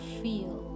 feel